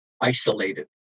isolated